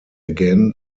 again